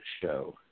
show